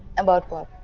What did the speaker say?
about what?